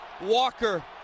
Walker